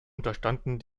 unterstanden